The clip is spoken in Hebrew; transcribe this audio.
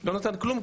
לא נתן כלום,